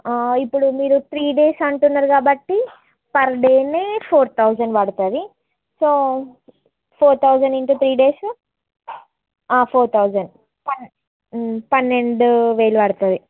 ఇప్పుడు మీరు three days అంటున్నారు కాబట్టి పర్ డేకి ఫోర్ థౌజండ్ పడుతుంది so four thousand into three days four thousand పన్నెండు వేలు పడుతుంది